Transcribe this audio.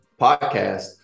podcast